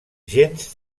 gens